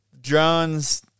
drones